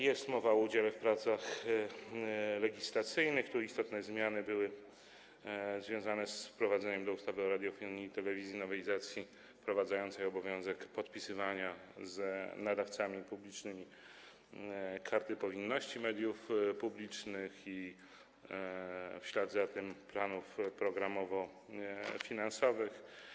Jest mowa o udziale w pracach legislacyjnych, których istotne zmiany były związane z wprowadzeniem do ustawy o radiofonii i telewizji nowelizacji wprowadzającej obowiązek podpisywania z nadawcami publicznymi karty powinności mediów publicznych i w ślad za tym planów programowo-finansowych.